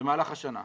במהלך השנה.